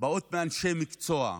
הן באות מאנשי מקצוע,